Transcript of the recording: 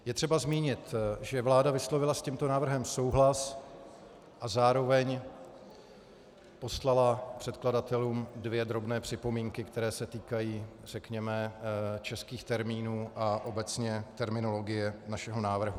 Je třeba zmínit, že vláda vyslovila s tímto návrhem souhlas a zároveň poslala předkladatelům dvě drobné připomínky, které se týkají řekněme českých termínů a obecně terminologie našeho návrhu.